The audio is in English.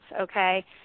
okay